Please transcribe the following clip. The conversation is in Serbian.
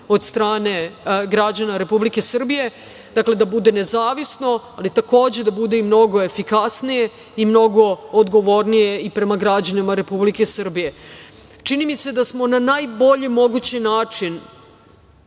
od strane građana Republike Srbije, da bude nezavisno, ali takođe da bude i mnogo efikasnije i mnogo odgovornije i prema građanima Republike Srbije. Čini mi se da smo na najbolji mogući način,